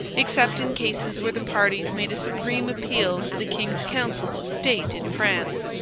except in cases where the parties made a supreme appeal to the king's council of state in france.